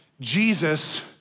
Jesus